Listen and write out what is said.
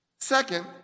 Second